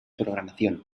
programación